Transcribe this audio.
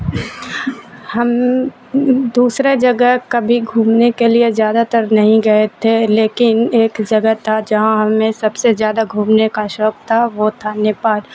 ہم دوسرے جگہ کبھی گھومنے کے لیے زیادہ تر نہیں گئے تھے لیکن ایک جگہ تھا جہاں ہمیں سب سے زیادہ گھومنے کا شوق تھا وہ تھا نیپال